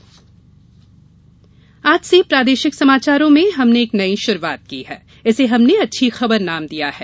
अच्छी खबर आज से प्रादेशिक समाचारों में हमने एक नई शुरुआत की हैं इसे हमने अच्छी खबर नाम दिया है